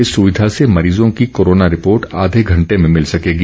इस सुविधा से मरीजों की कोरोना रिपोर्ट आधे घण्टे में मिल सकेगी